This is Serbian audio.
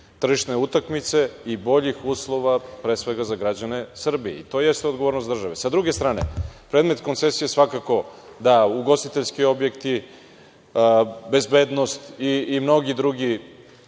tržišne utakmice i boljih uslova, pre svega za građane Srbije i to jeste odgovornost države. Sa druge strane, predmet koncesije svakako da ugostiteljski objekti, bezbednost i mnogi drugi